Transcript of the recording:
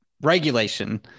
regulation